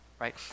Right